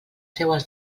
seues